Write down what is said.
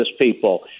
people